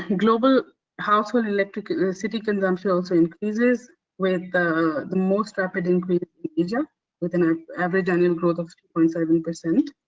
and global household electric ah consumption increases with the the most rapid increase in asia with an ah average annual growth of point seven percent.